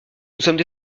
sommes